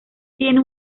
tiene